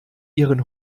ihren